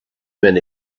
men